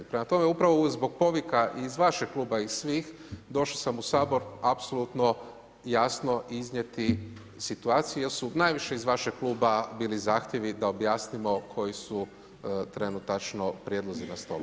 Prema tome upravo zbog povika iz vašeg kluba i svih došao sam u Sabor apsolutno jasno iznijeti situaciju jer su najviše iz vašeg kluba bili zahtjevi da objasnimo koji su trenutačno prijedlozi na stolu.